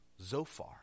Zophar